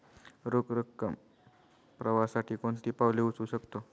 रोख रकम प्रवाहासाठी कोणती पावले उचलू शकतो?